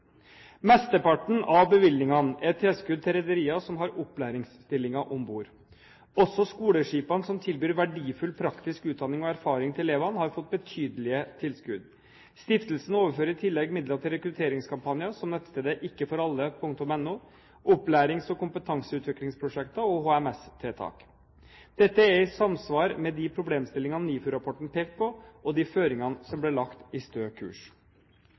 Mesteparten av bevilgningene er tilskudd til rederier som har opplæringsstillinger om bord. Også skoleskipene, som tilbyr verdifull praktisk utdanning og erfaring til elevene, har fått betydelige tilskudd. Stiftelsen overfører i tillegg midler til rekrutteringskampanjer som nettstedet ikkeforalle.no, opplærings- og kompetanseutviklingsprosjekter og HMS-tiltak. Dette er i samsvar med de problemstillingene NIFU-rapporten pekte på, og de føringene som ble lagt i Stø kurs.